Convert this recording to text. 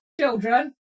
children